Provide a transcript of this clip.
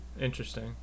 interesting